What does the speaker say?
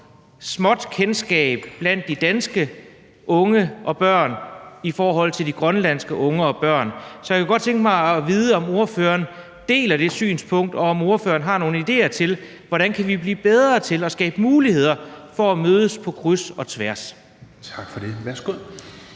lille kendskab blandt de danske børn og unge i forhold til de grønlandske børn og unge. Så jeg kunne godt tænke mig at vide, om ordføreren deler det synspunkt, og om ordføreren har nogle idéer til, hvordan vi kan blive bedre til at skabe muligheder for at mødes på kryds og tværs. Kl. 21:10 Fjerde